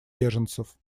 беженцев